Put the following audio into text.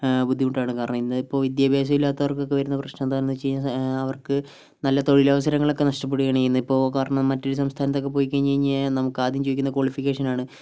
ബുദ്ധിമുട്ടാണ് കാരണം ഇന്ന് ഇപ്പൊൾ വിദ്യാഭ്യാസം ഇല്ലാത്തവർക്ക് ഒക്കെ വരുന്ന പ്രശ്നം എന്താണെന്ന് വച്ച് കഴിഞ്ഞാൽ അവർക്ക് നല്ല തൊഴിലാവസരങ്ങൾ ഒക്കെ നഷ്ടപ്പെടുകയാണ് ഇന്ന് ഇപ്പൊൾ കാരണം മറ്റൊരു സംസ്ഥാനത്ത് ഒക്കെ പോയി കഴിഞ്ഞു കഴിഞ്ഞാൽ നമുക്ക് ആദ്യം ചോദിക്കുന്നത് ക്വാളിഫിക്കേഷൻ ആണ്